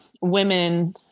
women